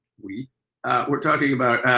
we were talking about